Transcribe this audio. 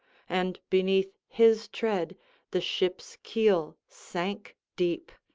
and beneath his tread the ship's keel sank deep.